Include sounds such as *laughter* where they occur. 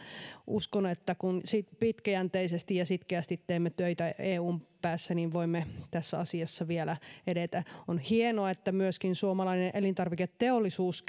uskon että kun pitkäjänteisesti ja sitkeästi teemme töitä eun päässä niin voimme tässä asiassa vielä edetä on hienoa että myöskin suomalainen elintarviketeollisuus *unintelligible*